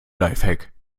lifehack